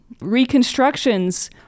Reconstructions